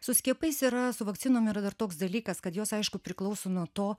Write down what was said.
su skiepais yra su vakcinom yra dar toks dalykas kad jos aišku priklauso nuo to